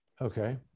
Okay